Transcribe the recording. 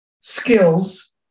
skills